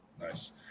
Nice